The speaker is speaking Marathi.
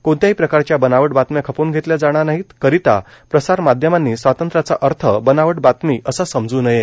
कोणत्याही प्रकारच्या बनावट बातम्या खपवून घेतल्या जाणार नाहीत करिता प्रसार माध्यमानी स्वातंत्र्याचा अर्थ बनावट बातमी असा समजू नये